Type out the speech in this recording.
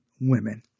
women